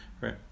right